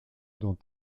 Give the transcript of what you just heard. dont